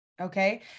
Okay